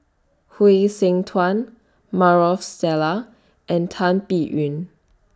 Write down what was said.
Hsu Tse Maarof Salleh and Tan Biyun